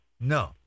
No